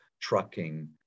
trucking